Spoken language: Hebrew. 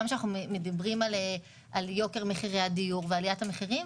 כשאנחנו מדברים על יוקר מחירי הדיור ועליית המחירים,